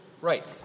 Right